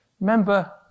remember